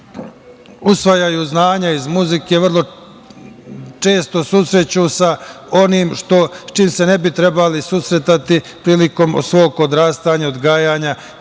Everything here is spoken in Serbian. usvajaju znanja iz muzike vrlo često susreću sa onim sa čime se ne bi trebali susretati prilikom svog odrastanja, odgajanja